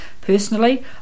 Personally